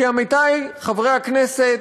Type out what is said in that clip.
כי, עמיתי חברי הכנסת,